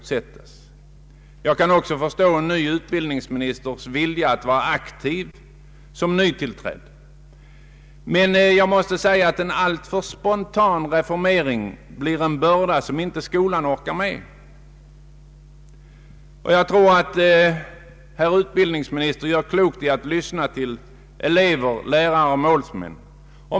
Jag kan också förstå en ny utbildningsministers vilja att vara aktiv, men jag måste säga att en alltför spontan reformering blir en börda som skolan inte orkar med. Jag tror att utbildningsministern gör klokt i att lyssna till elever, lärare och målsmän.